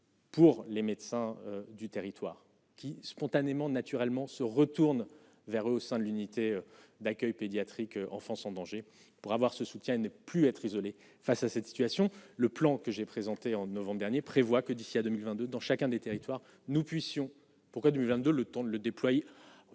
pour les médecins du territoire qui spontanément, naturellement, se retourne vers et au sein de l'unité d'accueil pédiatrique Enfance en danger pour avoir ce soutien n'est plus être isolé face à cette situation, le plan que j'ai présenté en novembre dernier, prévoit que d'ici à 2022 dans chacun des territoires, nous puissions pourrait du 22 le temps de le déployer